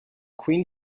queen